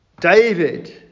David